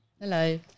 Hello